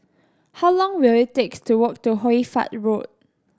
how long will it take to walk to Hoy Fatt Road